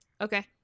Okay